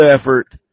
effort